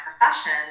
profession